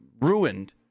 ruined